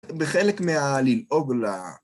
בחלק מהללעוג ל...